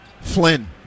Flynn